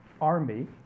army